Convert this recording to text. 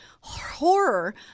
horror